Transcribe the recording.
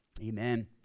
Amen